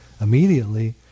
immediately